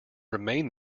remained